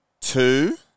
two